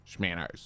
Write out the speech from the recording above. SCHMANNERS